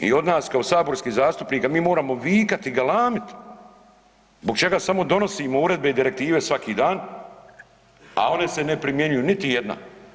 I od nas kao saborskih zastupnika mi moramo vikati i galamiti zbog čega samo donosimo uredbe i direktive svaki dan, a one se ne primjenjuju niti jedna.